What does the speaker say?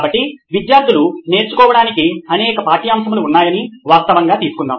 కాబట్టి విద్యార్థులు నేర్చుకోవడానికి అనేక పాఠ్యాంశములు ఉన్నాయని వాస్తవంగా తీసుకుందాం